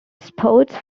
sports